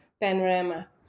panorama